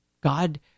God